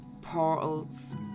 portals